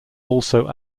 also